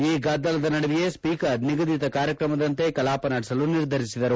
ಈ ಗದ್ದಲದ ನಡುವೆಯೇ ಸ್ಪೀಕರ್ ನಿಗದಿತ ಕಾರ್ಯಕ್ರಮದಂತೆ ಕಲಾಪ ನಡೆಸಲು ನಿರ್ಧರಿಸಿದರು